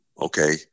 okay